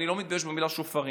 אני לא מתבייש במילה שופרות.